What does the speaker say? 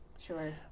sure.